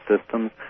systems